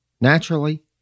Naturally